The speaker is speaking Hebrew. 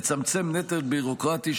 לצמצם נטל ביורוקרטי,